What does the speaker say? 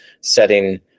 setting